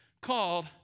called